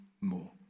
more